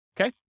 Okay